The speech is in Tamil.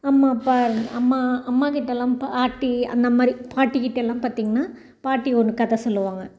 அம்மா அப்பா அம்மா அம்மாகிட்ட எல்லாம் பாட்டி அந்த மாதிரி பாட்டிக்கிட்ட எல்லாம் பார்த்தீங்கன்னா பாட்டி ஒன்று கதை சொல்லுவாங்க